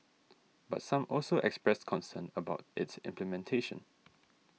but some also expressed concerns about its implementation